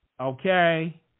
Okay